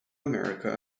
america